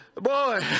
Boy